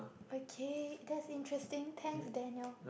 okay that's interesting thanks Daniel